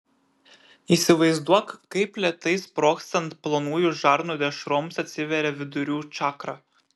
įsivaizduok kaip lėtai sprogstant plonųjų žarnų dešroms atsiveria vidurių čakra